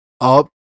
up